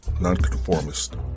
nonconformist